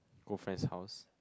go friends house